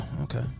Okay